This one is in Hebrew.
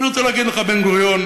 אני רוצה להגיד לך, בן-גוריון,